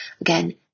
again